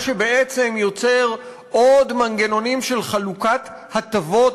מה שבעצם יוצר עוד מנגנונים של חלוקת הטבות